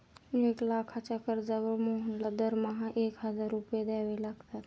एक लाखाच्या कर्जावर मोहनला दरमहा एक हजार रुपये द्यावे लागतात